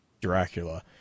Dracula